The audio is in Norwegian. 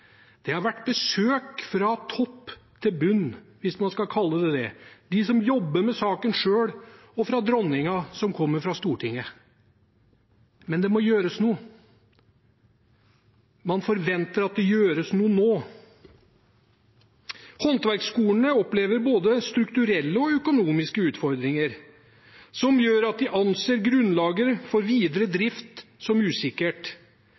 Det har vært besøk fra topp til bunn – hvis man skal kalle det det – fra dem som jobber med saken selv, fra dronningen og fra oss som kommer fra Stortinget. Men det må gjøres noe. Man forventer at det gjøres noe nå. Håndverksskolene opplever både strukturelle og økonomiske utfordringer som gjør at de anser grunnlaget for videre drift som usikkert.